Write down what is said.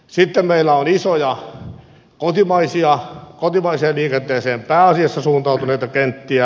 sitten meillä on isoja pääasiassa kotimaiseen liikenteeseen suuntautuneita kenttiä